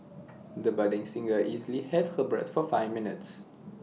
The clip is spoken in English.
the budding singer easily held her breath for five minutes